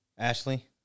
Ashley